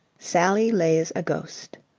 sally lays a ghost